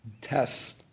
tests